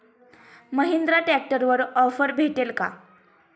महिंद्रा ट्रॅक्टरवर ऑफर भेटेल का?